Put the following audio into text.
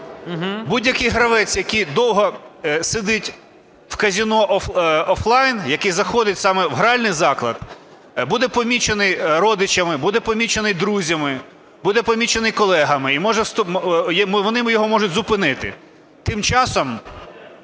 Будь-який гравець, який довго сидить у казино-офлайн, який заходить саме в гральний заклад буде помічений родичами, буде помічений друзями, буде помічений колегами, і вони його можуть зупинити. Тим часом,